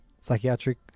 psychiatric